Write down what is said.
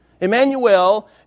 Emmanuel